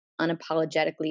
unapologetically